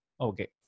okay